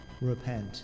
repent